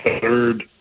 third